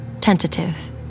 Tentative